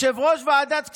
יושב-ראש ועדת הכספים,